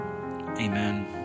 amen